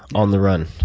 on the run.